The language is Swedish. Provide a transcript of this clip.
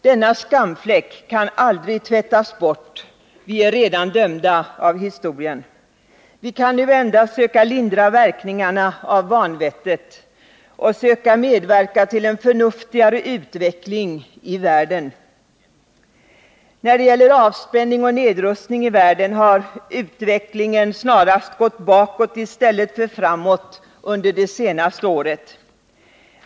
Denna skamfläck kan aldrig tvättas bort — vi är redan dömda av historien. Vi kan nu endast söka lindra verkningarna av vanvettet och söka medverka till en förnuftigare utveckling i världen. När det gäller avspänning och nedrustning i världen har utvecklingen snarast gått bakåt i stället för framåt under det senaste året.